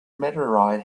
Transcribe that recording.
meteorite